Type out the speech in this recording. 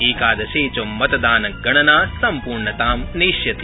एकादशे च मतगणना सम्पूर्णतां नेष्यति